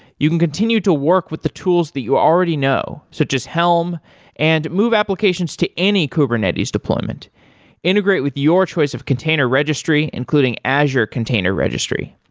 you can continue to work with the tools that you already know, so just helm and move applications to any kubernetes deployment integrate with your choice of container registry, including azure container registry.